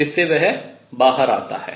जिससे वह बाहर आता है